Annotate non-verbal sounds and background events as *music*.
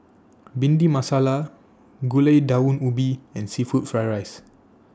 *noise* Bhindi Masala Gulai Daun Ubi and Seafood Fried Rice